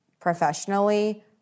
Professionally